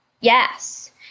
Yes